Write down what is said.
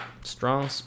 strong